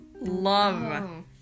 love